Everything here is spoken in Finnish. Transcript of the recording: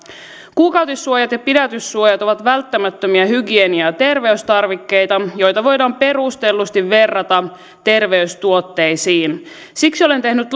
kuukautissuojat ja pidätyssuojat ovat välttämättömiä hygienia ja terveystarvikkeita joita voidaan perustellusti verrata terveystuotteisiin siksi olen tehnyt